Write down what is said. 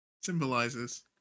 symbolizes